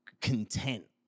content